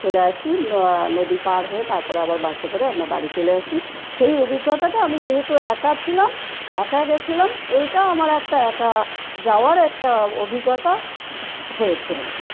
চলে আসি নদী পার হয়ে তারপরে আবার বাসে করে আমরা বাড়ি চলে আসি সেই অভিজ্ঞতাটা আমি যেহেতু একা ছিলাম একা গেছিলাম এইটা আমার একটা একা যাওয়ার একটা অভিজ্ঞতা হয়েছে আর কি